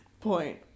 point